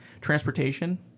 transportation